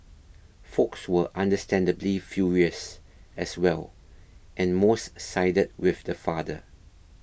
folks were understandably furious as well and most sided with the father